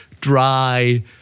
dry